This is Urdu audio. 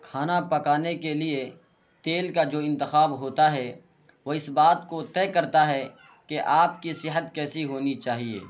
کھانا پکانے کے لیے تیل کا جو انتخاب ہوتا ہے وہ اس بات کو طے کرتا ہے کہ آپ کی صحت کیسی ہونی چاہیے